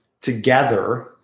together